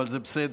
אבל בסדר.